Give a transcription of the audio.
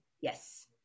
Yes